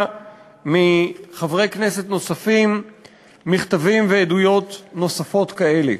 מחברי כנסת נוספים מכתבים ועדויות נוספות כאלה.